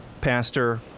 pastor